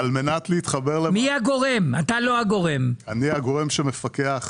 מי הגורם שצריך לאשר את זה?